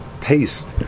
taste